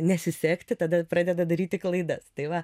nesisekti tada pradeda daryti klaidas tai va